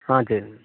ஆ சரிங்க